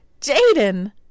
Jaden